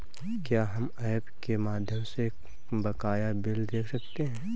क्या हम ऐप के माध्यम से बकाया बिल देख सकते हैं?